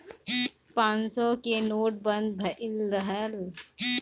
पांचो सौ के नोट बंद भएल रहल